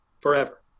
forever